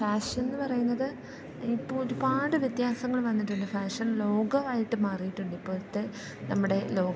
fashion എന്നു പറയുന്നത് ഇപ്പോൾ ഒരുപാട് വ്യത്യാസങ്ങൾ വന്നിട്ടുണ്ട് ഫാഷൻ ലോകമായിട്ട് മാറിയിട്ടുണ്ട് ഇപ്പോഴത്തെ നമ്മുടെ ലോകം